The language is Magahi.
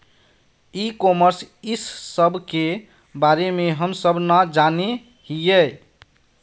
ई कॉमर्स इस सब के बारे हम सब ना जाने हीये?